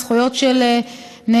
זכויות של נאשמים,